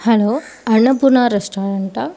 hello Annapoorna ரெஸ்டாரண்ட்டா